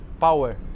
power